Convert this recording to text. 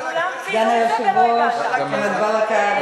אדוני, סגן היושב-ראש מוחמד ברכה.